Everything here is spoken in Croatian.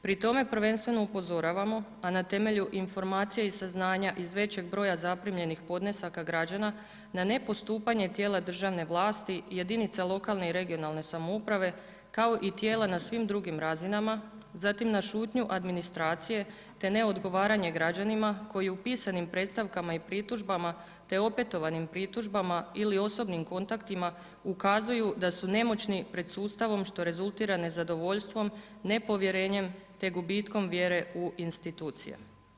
Pri tome prvenstveno upozoravamo, a na temelju informacija i saznanja iz većeg broja zaprimljenih podnesaka građana, na nepostupanje tijela državne vlasti, jedinica lokalne i regionalne samouprave, kao i tijela na svim drugim razinama, zatim na šutnju administracije te neodgovaranje građanima koji u pisanim predstavkama i pritužbama te opetovanim pritužbama ili osobnim kontaktima ukazuju da su nemoćni pred sustavom, što rezultira nezadovoljstvom, nepovjerenjem te gubitkom vjere u institucije.